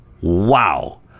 Wow